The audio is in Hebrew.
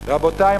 רבותי,